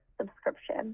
subscription